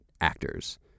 actors